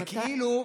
זה כאילו,